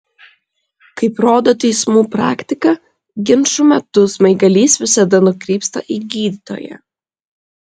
kaip rodo teismų praktika ginčų metu smaigalys visada nukrypsta į gydytoją